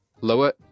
Lower